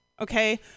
Okay